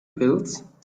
pills